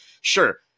sure